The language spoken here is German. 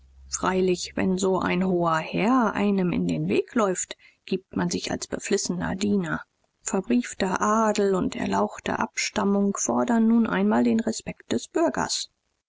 freilich wenn so ein hoher herr einem in den weg läuft gibt man sich als beflissenen diener verbriefter adel und erlauchte abstammung fordern nun einmal den respekt des bürgers